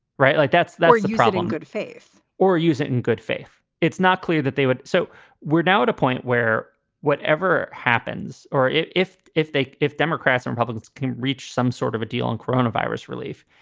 right? like that's the problem. good faith or use it in good faith. it's not clear that they would. so we're now at a point where whatever happens or if if they if democrats and republicans can reach some sort of a deal and coronavirus relief,